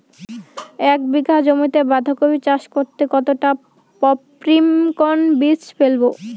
এক বিঘা জমিতে বাধাকপি চাষ করতে কতটা পপ্রীমকন বীজ ফেলবো?